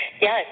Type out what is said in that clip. Yes